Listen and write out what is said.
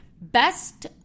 Best